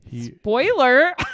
Spoiler